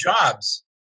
jobs